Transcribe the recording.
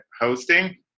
hosting